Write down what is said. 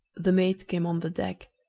the mate came on the deck,